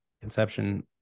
Conception